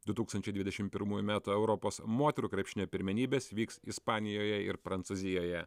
du tūkstančiai dvidešim pirmųjų metų europos moterų krepšinio pirmenybės vyks ispanijoje ir prancūzijoje